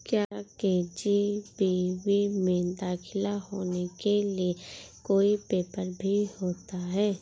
क्या के.जी.बी.वी में दाखिला लेने के लिए कोई पेपर भी होता है?